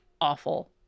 awful